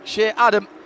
Adam